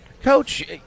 Coach